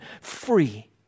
free